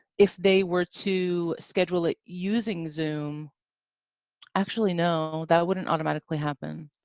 if they were to schedule it using zoom actually, no, that wouldn't automatically happen,